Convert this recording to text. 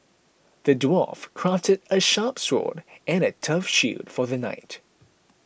the dwarf crafted a sharp sword and a tough shield for the knight